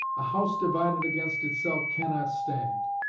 a house divided against itself cannot stand.